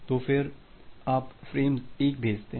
तो फिर आप फ़्रेम 1 भेजते हैं